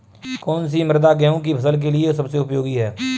कौन सी मृदा गेहूँ की फसल के लिए सबसे उपयोगी है?